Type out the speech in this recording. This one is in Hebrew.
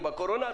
כלומר,